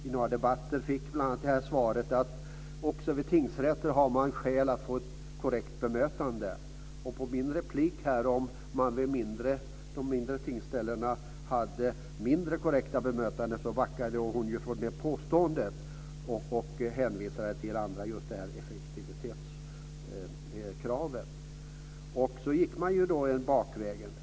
I några debatter fick jag svaret att också vid tingsrätter finns det skäl att få ett korrekt bemötande. På min replik om de mindre tingsställena har ett mindre korrekt bemötande backade hon från detta påstående och hänvisade till effektivitetskravet. Så gick man då bakvägen.